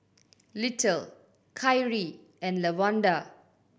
Little Kyrie and Lawanda